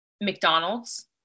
McDonald's